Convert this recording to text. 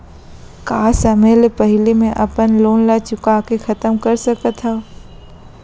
का समय ले पहिली में अपन लोन ला चुका के खतम कर सकत हव?